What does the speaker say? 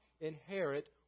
inherit